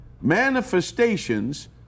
Manifestations